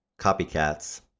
copycats